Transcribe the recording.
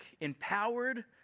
empowered